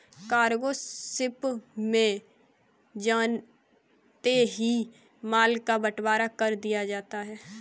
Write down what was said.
cargo ship में जाते ही माल का बंटवारा कर दिया जाता है